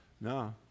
no